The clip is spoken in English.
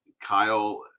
Kyle